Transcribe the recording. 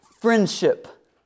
friendship